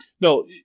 No